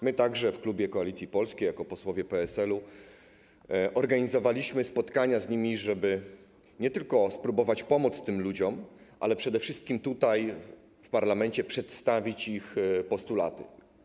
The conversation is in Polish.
My także w klubie Koalicji Polskiej, jako posłowie PSL-u, organizowaliśmy spotkania z nimi, nie tylko żeby spróbować pomóc tym ludziom, ale także żeby tutaj, w parlamencie, przedstawić ich postulaty.